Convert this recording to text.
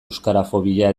euskarafobia